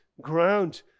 ground